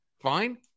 Fine